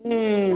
ம்